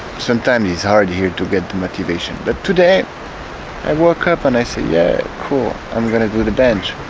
sometimes it's hard here to get the motivation but today i woke up and i said yeah cool i'm gonna do the bench